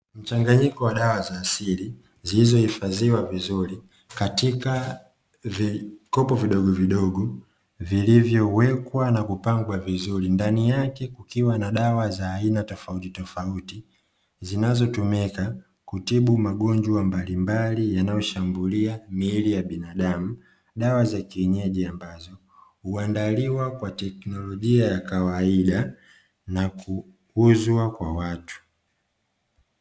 Mchanganyiko wa dawa za asili zilizohifadhiwa vizuri katika vikopo vidogovidogo vilivyowekwa na kupangwa vizuri, ndani yake kukiwa na dawa za aina tofautitofauti; zinazotumika kutibu magonjwa mbalimbali yanayoshambulia miili ya binadamu, dawa za kienyeji ambazo huandaliwa kwa teknolojia ya kawaida na kuuzwa kwa watu.